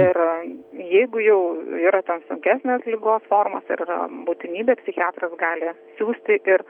ir jeigu jau yra ten sunkesnės ligos formos ir būtinybė psichiatras gali siųsti ir